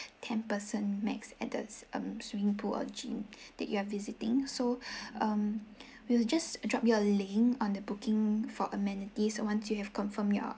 ten person max at the um swimming pool or gym that you are visiting so um we will just drop you a link on the booking for amenities once you have confirm your